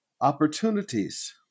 Opportunities